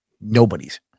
Nobody's